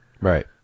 Right